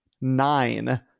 Nine